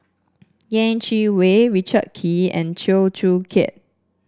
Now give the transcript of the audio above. Yeh Chi Wei Richard Kee and Chew Joo Chiat